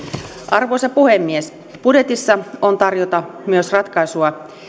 arvoisa puhemies budjetissa on tarjota myös ratkaisua